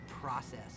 process